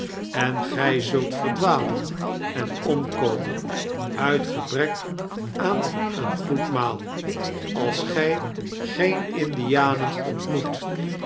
en gy zult verdwalen en omkomen uit gebrek aan een goed maal als gy geen indianen ontmoet